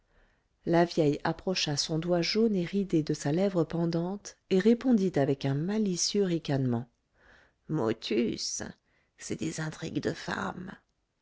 la vieille approcha son doigt jaune et ridé de sa lèvre pendante et répondit avec un malicieux ricanement motus c'est des intrigues de femme